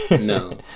no